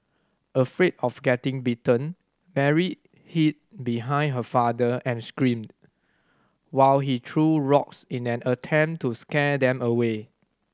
afraid of getting bitten Mary hid behind her father and screamed while he threw rocks in an attempt to scare them away